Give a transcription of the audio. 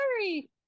sorry